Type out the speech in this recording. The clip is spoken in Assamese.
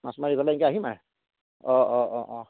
মাছ মাৰি পেলে সেংকে আহিম আৰ অঁ অঁ অঁ অঁ